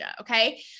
Okay